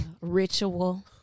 ritual